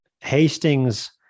Hastings